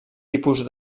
tipus